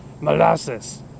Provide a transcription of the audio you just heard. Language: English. Molasses